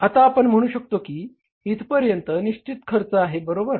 तर आता आपण म्हणू शकतो की इथ पर्यंत निश्चित खर्च आहे बरोबर